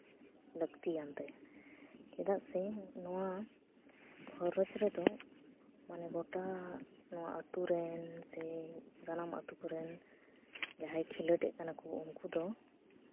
ᱞᱟᱹᱠᱛᱤᱭᱟᱱ ᱛᱟᱭᱟ ᱪᱮᱫᱟᱜ ᱥᱮ ᱱᱚᱣᱟ ᱠᱷᱚᱨᱚᱪ ᱨᱮᱫᱚ ᱢᱟᱱᱮ ᱜᱳᱴᱟ ᱱᱚᱣᱟ ᱟᱛᱳ ᱨᱮᱱ ᱥᱮ ᱥᱟᱱᱟᱢ ᱟᱛᱳ ᱠᱚᱨᱮᱱ ᱡᱟᱦᱟᱸᱭ ᱠᱷᱮᱞᱳᱰᱮᱜ ᱠᱟᱱᱟ ᱠᱚ ᱩᱱᱠᱩ ᱫᱚ